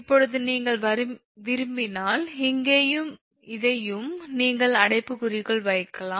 இப்போது நீங்கள் விரும்பினால் நீங்கள் விரும்பினால் இங்கேயும் இதையும் நீங்கள் அடைப்புக்குறிக்குள் வைக்கலாம்